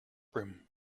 brim